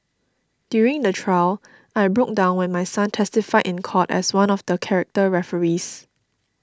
during the trial I broke down when my son testified in court as one of the character referees